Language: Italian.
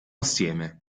assieme